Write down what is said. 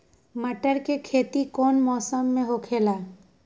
मटर के खेती कौन मौसम में होखेला?